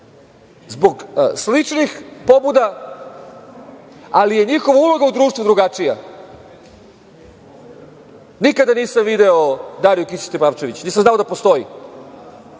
zbog sličnih pobuda, ali je njihova uloga u društvu drugačija. Nikada nisam video Dariju Kisić Tepavčević. Nisam znao da postoji.